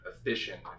efficient